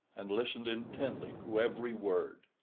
and listened intently to every word.